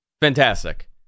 fantastic